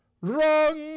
Wrong